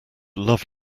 love